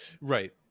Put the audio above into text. Right